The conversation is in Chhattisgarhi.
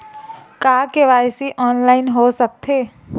का के.वाई.सी ऑनलाइन हो सकथे?